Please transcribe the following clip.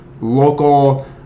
local